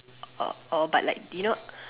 or or but like do you know